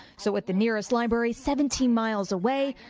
so, at the nearest library, seventeen miles away,